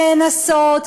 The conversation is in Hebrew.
נאנסות,